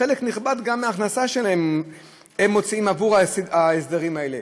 חלק נכבד מההכנסה שלהם הם מוציאים על ההסדרים האלה.